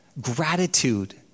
Gratitude